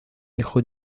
hijo